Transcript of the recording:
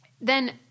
Then-